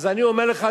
אז אני אומר לך,